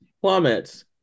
plummets